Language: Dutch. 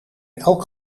elk